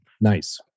nice